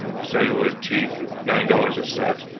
celluloid teeth, nine dollars a set,